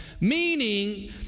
meaning